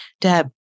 Deb